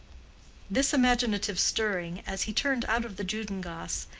this imaginative stirring, as he turned out of the juden-gasse,